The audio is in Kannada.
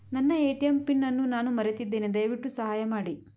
ನನ್ನ ಎ.ಟಿ.ಎಂ ಪಿನ್ ಅನ್ನು ನಾನು ಮರೆತಿದ್ದೇನೆ, ದಯವಿಟ್ಟು ಸಹಾಯ ಮಾಡಿ